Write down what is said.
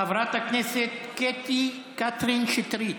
חברת הכנסת קטי קטרין שטרית,